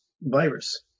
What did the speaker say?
virus